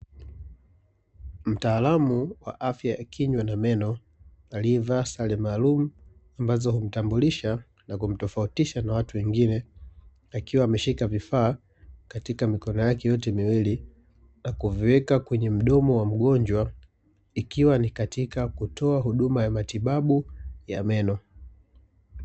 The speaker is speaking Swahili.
Mtaalamu wa afya ya kinywa na meno aliyevaa sare maalumu, ambazo humtambulisha na kumtofautisha na watu wengine akiwa ameshika vifaa katika mikono yake yote miwili, na kuviweka kwenye mdomo wa mgonjwa, ikiwa ni katika kutoa huduma ya matibabu ya meno.